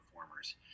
performers